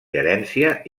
gerència